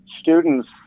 students